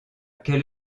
quelle